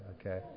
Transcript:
Okay